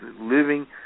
living